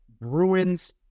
Bruins